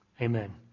Amen